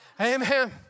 Amen